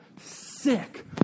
Sick